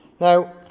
Now